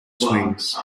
swings